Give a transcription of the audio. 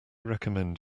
recommend